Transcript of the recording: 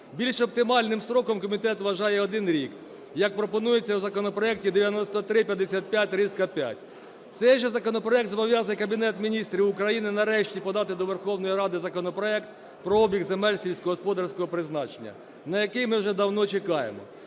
Більш оптимальним строком комітет вважає один рік, як пропонується в законопроекті 9355-5. Цей же законопроект зобов'язує Кабінет Міністрів України, нарешті, подати до Верховної Ради законопроект про обіг земель сільськогосподарського призначення, на який ми вже давно чекаємо.